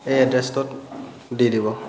এই এড্ৰেছটোত দি দিব